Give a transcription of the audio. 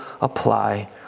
apply